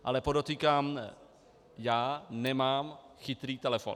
Ale podotýkám, já nemám chytrý telefon.